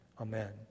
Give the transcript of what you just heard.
Amen